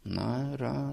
na yra